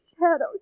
shadow